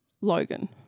Logan